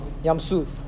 Yamsuf